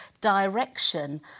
direction